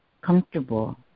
comfortable